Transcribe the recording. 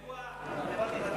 כשהייתי,